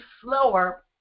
slower